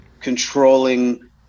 controlling